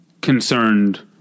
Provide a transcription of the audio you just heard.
concerned